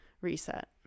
reset